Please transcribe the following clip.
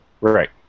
Right